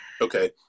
Okay